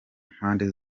mpande